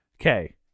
Okay